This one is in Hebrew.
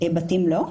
מבתים לא.